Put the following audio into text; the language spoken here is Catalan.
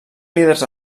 líders